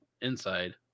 inside